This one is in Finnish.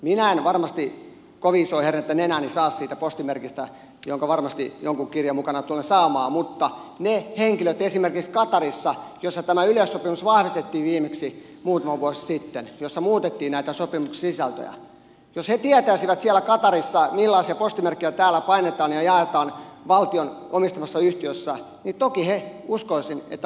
minä en varmasti kovin isoa hernettä nenääni saa siitä postimerkistä jonka varmasti jonkun kirjeen mukana tulen saamaan mutta jos nämä henkilöt esimerkiksi qatarissa missä tämä yleissopimus vahvistettiin viimeksi muutama vuosi sitten jossa muutettiin näitä sopimuksen sisältöjä tietäisivät millaisia postimerkkejä täällä painetaan ja jaetaan valtion omistamassa yhtiössä niin toki he loukkaantuisivat uskoisin näin